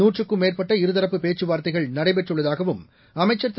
நூற்றுக்கும் மேற்பட்ட இருதரப்பு பேச்சுவார்த்தைகள் நடைபெற்றுள்ளதாகவும் அமைச்சர் திரு